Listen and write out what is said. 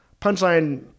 Punchline